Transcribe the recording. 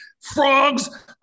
frogs